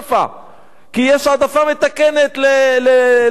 כי יש העדפה מתקנת לבני מיעוטים.